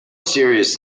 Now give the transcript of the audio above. serious